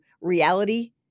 reality